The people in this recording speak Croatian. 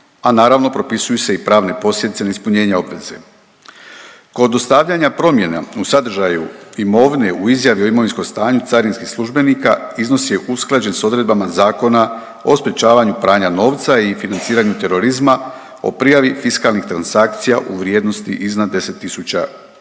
a naravno propisuju se i pravne posljedice neispunjenja obveze. Kod dostavljanja promjena u sadržaju imovine u izjavi o imovinskom stanju carinskih službenika iznos je usklađen s odredbama Zakona o sprječavanju pranja novca i financiranju terorizma, o prijavi fiskalnih transakcija u vrijednosti iznad 10 tisuća